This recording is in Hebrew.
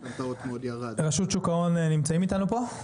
רשות שוק ההון נמצאים פה?